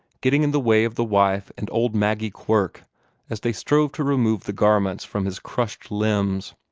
getting in the way of the wife and old maggie quirk as they strove to remove the garments from his crushed limbs.